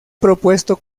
propuesto